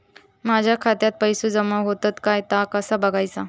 माझ्या खात्यात पैसो जमा होतत काय ता कसा बगायचा?